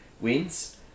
wins